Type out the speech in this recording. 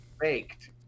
Faked